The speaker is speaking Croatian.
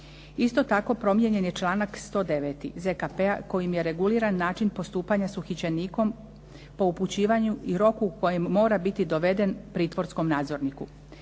Isto tako, promijenjen je članak 109. ZKP-a kojim je reguliran način postupanja s uhićenikom po upućivanju .../Govornica se ne razumije